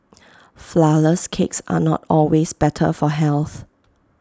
Flourless Cakes are not always better for health